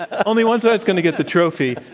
ah only one side's going to get the trophy.